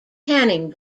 tanning